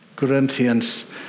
Corinthians